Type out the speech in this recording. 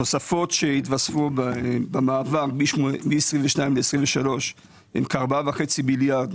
התוספות שהיתוספו מ-22' ל-23' הם כ-4.5 מיליארד